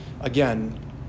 again